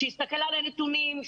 שיסתכל על הנתונים,